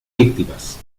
víctimas